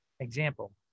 Example